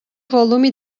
volume